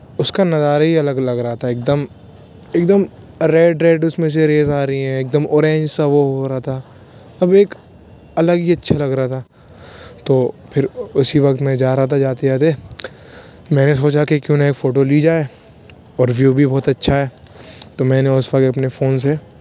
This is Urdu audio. اس کا نظارہ ہی الگ لگ رہا تھا ایک دم ایک دم ریڈ ریڈ اس میں سے ریز آ رہی ہیں ایک دم اورینج سا وہ ہو رہا تھا اب ایک الگ ہی اچھا لگ رہا تھا تو پھر اسی وقت میں جا رہا تھا جاتے جاتے میں نے سوچا کہ کیوں نہ ایک فوٹو لی جائے اور ویو بھی بہت اچھا ہے تو میں نے اس وقت اپنے فون سے